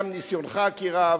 גם ניסיונך כי רב: